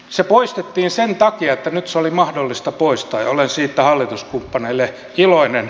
se poistettiin sen takia että nyt se oli mahdollista poistaa ja olen siitä hallituskumppaneille iloinen